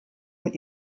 mit